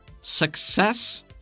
success